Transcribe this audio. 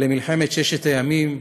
למלחמת ששת הימים,